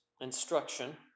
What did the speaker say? instruction